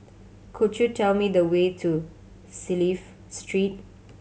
could you tell me the way to Clive Street